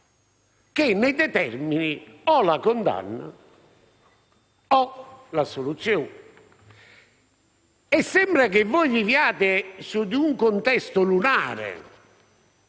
che ne determini la condanna o l'assoluzione. Sembra che voi viviate in un contesto lunare,